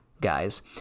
guys